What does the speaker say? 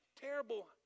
terrible